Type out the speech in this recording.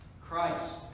Christ